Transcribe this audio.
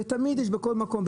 ותמיד יש בכל מקום,